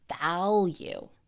value